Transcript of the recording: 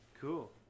cool